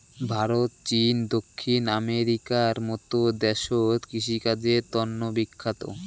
ভারত, চীন, দক্ষিণ আমেরিকার মত দেশত কৃষিকাজের তন্ন বিখ্যাত